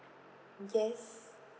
yes